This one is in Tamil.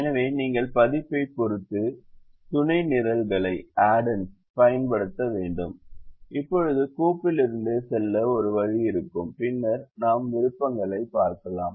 எனவே நீங்கள் பதிப்பைப் பொறுத்து துணை நிரல்களைப் பயன்படுத்த வேண்டும் இப்போது கோப்பிலிருந்து செல்ல ஒரு வழி இருக்கும் பின்னர் நாம் விருப்பங்களைப் பார்க்கலாம்